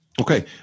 Okay